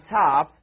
top